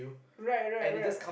right right right